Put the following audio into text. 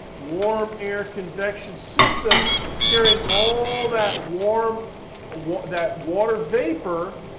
warm air convection system carrying all that warm ah warm that water vapor,